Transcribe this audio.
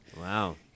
Wow